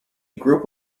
group